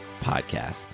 Podcast